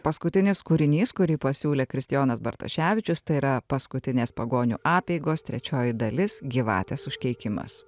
paskutinis kūrinys kurį pasiūlė kristijonas bartoševičius tai yra paskutinės pagonių apeigos trečioji dalis gyvatės užkeikimas